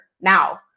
now